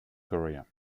korea